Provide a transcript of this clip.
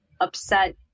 upset